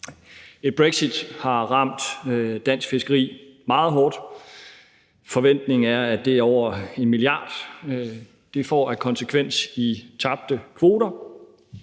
Et brexit har ramt dansk fiskeri meget hårdt; forventningen er, at det er over 1 mia. kr. i tabte kvoter,